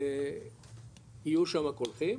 יהיו שמה קולחין,